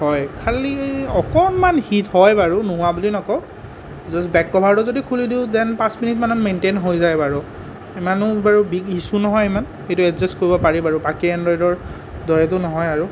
হয় খালী এই অকণমান হিট হয় বাৰু নোহোৱা বুলি নকওঁ যদি বেক কভাৰটো যদি খুলি দিওঁ দেন পাঁচ মিনিটমানত মেইনটেইন হৈ যায় বাৰু ইমানো বাৰু বিগ ইছ্যু নহয় ইমান এইটো এডজাষ্ট কৰিব পাৰি বাৰু বাকী এনড্ৰয়দৰ দৰেতো নহয় আৰু